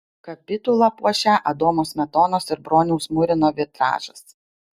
kapitulą puošią adomo smetonos ir broniaus murino vitražas